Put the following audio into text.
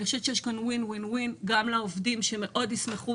אני חושבת שיש כאן ווין ווין גם לעובדים שמאוד ישמחו,